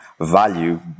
value